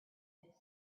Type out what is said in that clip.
had